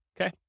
Okay